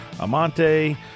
Amante